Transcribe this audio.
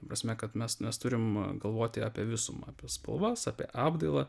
ta prasme kad mes mes turim galvoti apie visumą apie spalvas apie apdailą